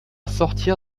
sortir